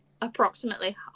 approximately